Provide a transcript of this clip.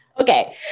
Okay